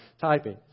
typing